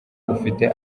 ufite